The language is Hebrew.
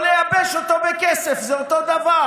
או לייבש אותו בכסף, זה אותו דבר.